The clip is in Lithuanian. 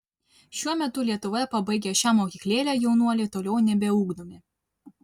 šiuo metu lietuvoje pabaigę šią mokyklėlę jaunuoliai toliau nebeugdomi